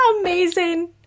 Amazing